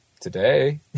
today